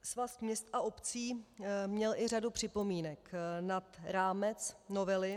Svaz měst a obcí měl i řadu připomínek nad rámec novely.